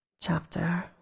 Chapter